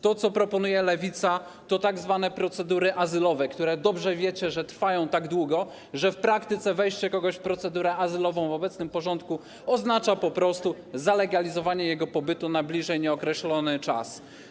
To, co proponuje Lewica, to tzw. procedury azylowe, które, dobrze wiecie, trwają tak długo, że w praktyce wejście kogoś w procedurę azylową w obecnym porządku oznacza po prostu zalegalizowanie jego pobytu na bliżej nieokreślony czas.